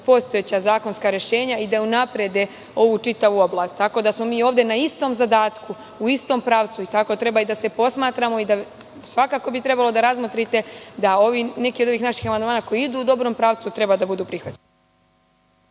postojeća zakonska rešenja i da unapredimo čitavu ovu oblast, tako da smo mi ovde na istom zadatku, u istom pravcu i tako treba i da se posmatramo. Svakako bi trebali da razmotrite da neki od naših amandmana koji idu u dobrom pravcu treba da budu prihvaćeni.